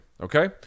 Okay